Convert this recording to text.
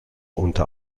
unter